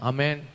Amen